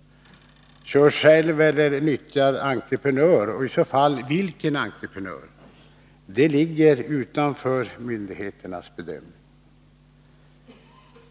— kör själv eller nyttjar entreprenör och i så fall vilken entreprenör — ligger utanför myndigheternas bedömning.